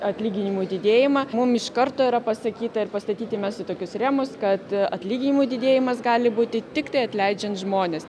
atlyginimų didėjimą mum iš karto yra pasakyta ir pastatyti mes į tokius rėmus kad atlyginimų didėjimas gali būti tiktai atleidžiant žmones